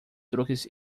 truques